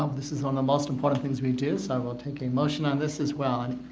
um this is on the most important things we do so i will take a motion on this as well and